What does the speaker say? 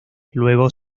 luego